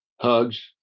Hugs